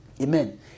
Amen